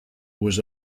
was